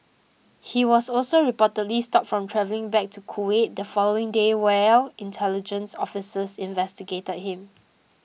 he was also reportedly stopped from travelling back to Kuwait the following day while intelligence officers investigated him